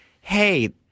Hey